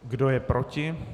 Kdo je proti?